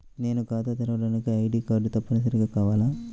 నేను ఖాతా తెరవడానికి ఐ.డీ కార్డు తప్పనిసారిగా కావాలా?